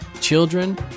children